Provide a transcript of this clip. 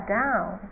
down